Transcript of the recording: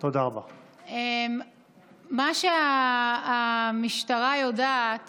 מה שהמשטרה יודעת